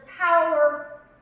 power